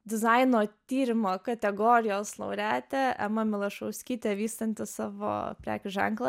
dizaino tyrimo kategorijos laureatė ema milašauskytė vystanti savo prekės ženklą